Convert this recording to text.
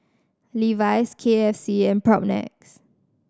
Levi's K F C and Propnex